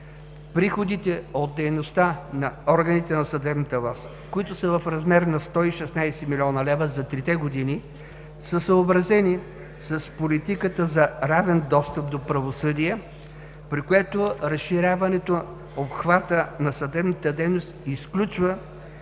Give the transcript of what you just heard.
Приходите от дейността на органите на съдебната власт, които са в размер на 116 млн. лв. за трите години, са съобразени с политиката са равен достъп до правосъдие, при което разширяването обхвата на съдебната дейност изключва